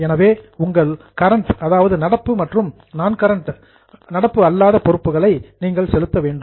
எனவே உங்கள் கரண்ட் நடப்பு மற்றும் நான் கரண்ட் லியாபிலிடீஸ் நடப்பு அல்லாத பொறுப்புகளை நீங்கள் செலுத்த வேண்டும்